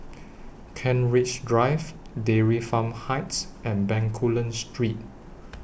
Kent Ridge Drive Dairy Farm Heights and Bencoolen Street